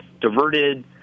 diverted